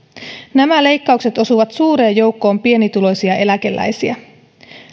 nämä leikkaukset osuvat suureen joukkoon pienituloisia eläkeläisiä